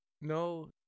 no